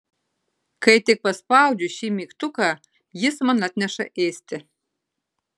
kai tik paspaudžiu šį mygtuką jis man atneša ėsti